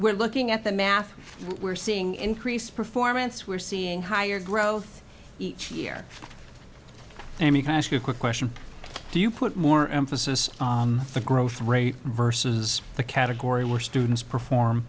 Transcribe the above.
we're looking at the math we're seeing increased performance we're seeing higher growth each year i mean can i ask you a quick question do you put more emphasis on the growth rate versus the category where students perform